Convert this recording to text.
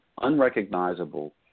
unrecognizable